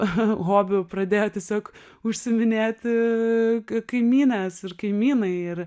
hobiu pradėjo tiesiog užsiiminėti kaimynės ir kaimynai ir